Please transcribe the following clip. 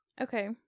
Okay